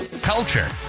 culture